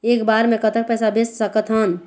एक बार मे कतक पैसा भेज सकत हन?